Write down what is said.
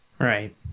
right